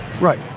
Right